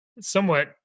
somewhat